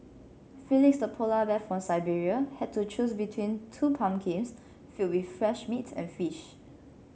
Felix the polar bear from Siberia had to choose between two pumpkins filled with fresh meat and fish